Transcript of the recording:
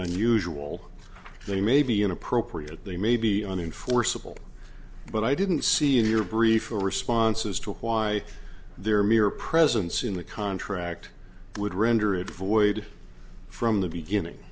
unusual they may be inappropriate they may be unenforceable but i didn't see in your brief for response as to why their mere presence in the contract would render it void from the beginning